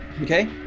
Okay